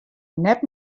net